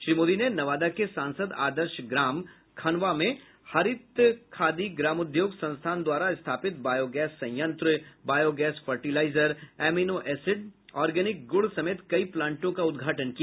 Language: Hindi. श्री मोदी ने नवादा के सांसद आदर्श ग्राम खनवां में हरित खादी ग्रामोद्योग संस्थान द्वारा स्थापित बायोगैस संयंत्र biogas fertiliser amino acid organic गूड़ समेत कई प्लांटों का उद्घाटन किया